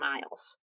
miles